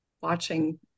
watching